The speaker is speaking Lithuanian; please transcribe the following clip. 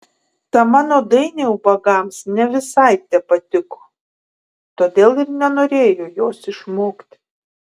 ta mano dainė ubagams ne visai tepatiko todėl ir nenorėjo jos išmokti